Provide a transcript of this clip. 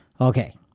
Okay